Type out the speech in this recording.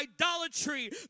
idolatry